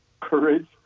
courage